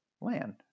land